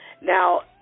Now